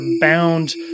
bound